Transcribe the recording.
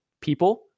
people